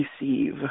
receive